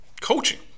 coaching